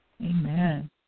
Amen